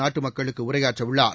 நாட்டு மக்களுக்கு உரையாற்றவுள்ளார்